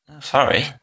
Sorry